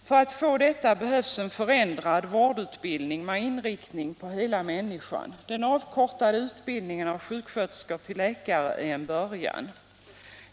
För att få detta behövs en förändrad vårdutbildning med inriktning på hela människan. Den avkortade utbildningen av sjuksköterskor till läkare är en början.